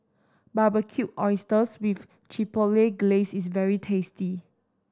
Barbecued Oysters with Chipotle Glaze is very tasty